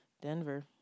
Denver